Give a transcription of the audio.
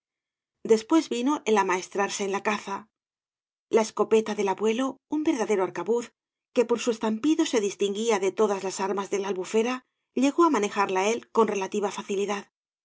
después vino el amaestrarse en la caza la escopeta del abuelo un verdadero arcabuz que por gu estampido se distinguía de todas las armas de la albufera llegó á manejarla él con relativa facilidad